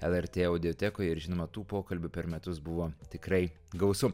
lrt audiotekoje ir žinoma tų pokalbių per metus buvo tikrai gausu